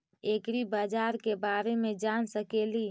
ऐग्रिबाजार के बारे मे जान सकेली?